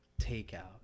Takeout